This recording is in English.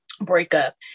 breakup